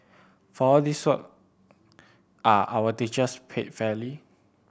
for all this work are our teachers paid fairly